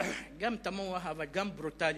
גם תמוה אבל גם ברוטלי,